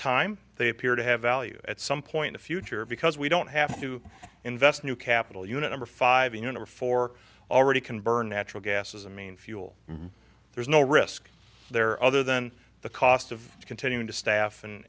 time they appear to have value at some point a future because we don't have to invest new capital unit over five unifor already can burn natural gas as a main fuel there's no risk there other than the cost of continuing to staff and